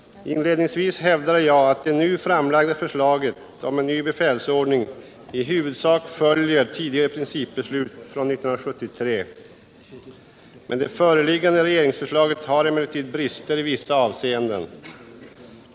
Inledningsvis hävdade jag att det nu framlagda förslaget om en ny befälsordning i huvudsak följer tidigare principbeslut från 1973. Men det föreliggande regeringsförslaget har brister i vissa avseenden.